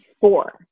four